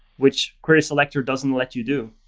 which queryselector doesn't let you do.